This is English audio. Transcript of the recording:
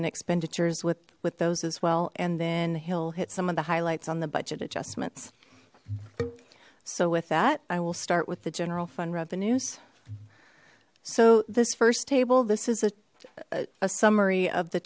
and expenditures with with those as well and then he'll hit some of the highlights on the budget adjustments so with that i will start with the general fund revenues so this first table this is a summary of the